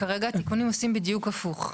כרגע, התיקונים עושים בדיוק הפוך.